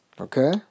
Okay